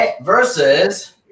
versus